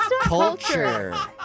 Culture